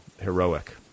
heroic